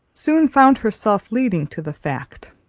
soon found herself leading to the fact.